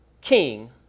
king